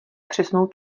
přesnou